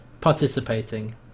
participating